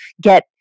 get